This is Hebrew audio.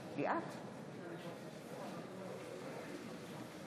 כבוד נשיא המדינה, הנשיא הנבחר ויושב-ראש הכנסת.